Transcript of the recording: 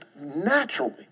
naturally